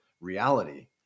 reality